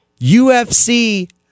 UFC